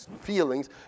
feelings